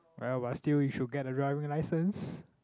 well but still you should get a driving license